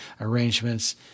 Arrangements